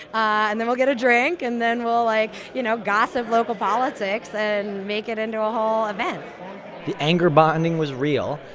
and then we'll get a drink and then we'll like, you know, gossip local politics and make it into a whole event the anger bonding was real,